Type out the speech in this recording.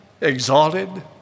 exalted